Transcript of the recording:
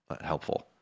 helpful